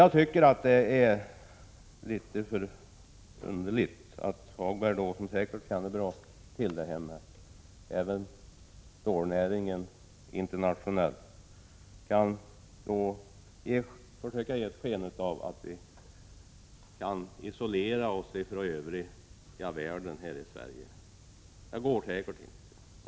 Jag tycker att det är litet underligt att Lars-Ove Hagberg, som säkert känner bra till stålnäringen även internationellt, försöker ge sken av att vi här i Sverige kan isolera oss från övriga världen. Det går säkert inte.